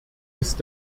ist